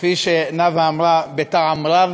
כפי שנאוה אמרה, בטעם רב,